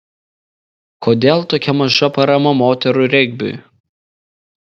kodėl tokia maža parama moterų regbiui